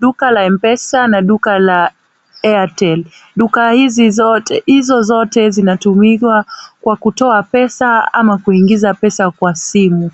Duka la M-Pesa na duka la Airtel. Duka hizo zote zinatumiwa kwa kutoa pesa ama kuingiza pesa kwa simu.